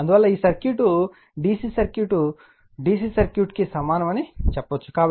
అందువల్ల ఈ circuit DC circuit DC సర్క్యూట్కు సమానమని చెప్పవచ్చు కాబట్టి ∅ Fm రిలక్టెన్స్